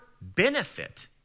benefit